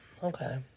Okay